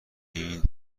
این